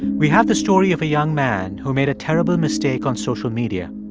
we have the story of a young man who made a terrible mistake on social media,